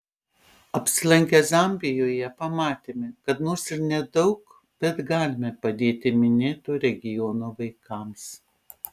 apsilankę zambijoje pamatėme kad nors ir nedaug bet galime padėti minėto regiono vaikams